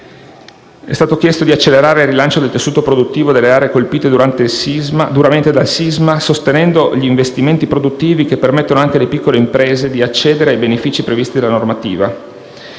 È stato chiesto di accelerare il rilancio del tessuto produttivo delle aree colpite duramente dal sisma, sostenendo gli investimenti produttivi, che permettono anche alle piccole imprese di accedere ai benefici previsti dalla normativa.